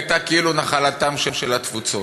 הייתה כאילו נחלתן של התפוצות.